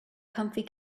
comfy